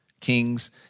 Kings